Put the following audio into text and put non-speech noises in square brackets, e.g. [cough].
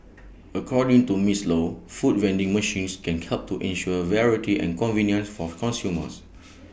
according to miss low food vending machines can help to ensure variety and convenience [noise] for consumers